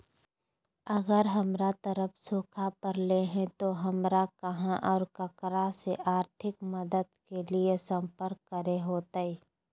अगर हमर तरफ सुखा परले है तो, हमरा कहा और ककरा से आर्थिक मदद के लिए सम्पर्क करे होतय?